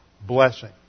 blessing